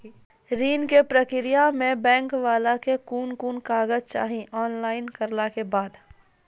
ऋण के प्रक्रिया मे बैंक वाला के कुन कुन कागज चाही, ऑनलाइन करला के बाद?